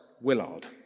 Willard